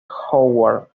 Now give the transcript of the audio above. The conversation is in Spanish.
howard